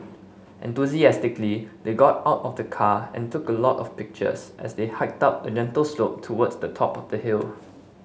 enthusiastically they got out of the car and took a lot of pictures as they hiked up a gentle slope towards the top of the hill